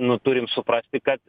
nu turim suprasti kad